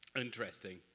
interesting